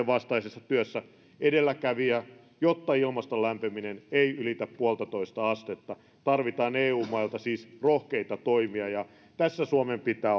vastaisessa työssä edelläkävijä jotta ilmaston lämpeneminen ei ylitä puoltatoista astetta tarvitaan siis eu mailta rohkeita toimia ja tässä suomen pitää